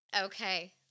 Okay